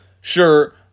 Sure